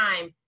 time